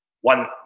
One